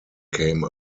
came